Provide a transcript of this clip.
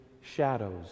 shadows